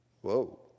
Whoa